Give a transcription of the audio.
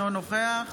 אינו נוכח